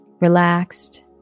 relaxed